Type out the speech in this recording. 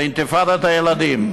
לאינתיפאדת הילדים.